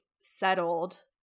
settled